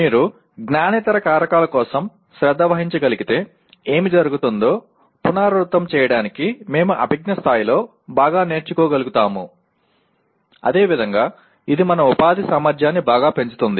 మీరు జ్ఞానేతర కారకాల కోసం శ్రద్ధ వహించగలిగితే ఏమి జరుగుతుందో పునరావృతం చేయడానికి మేము అభిజ్ఞా స్థాయిలో బాగా నేర్చుకోగలుగుతాము అదే విధంగా ఇది మన ఉపాధి సామర్థ్యాన్ని బాగా పెంచుతుంది